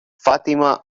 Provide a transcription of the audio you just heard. fatima